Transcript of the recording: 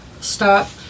stop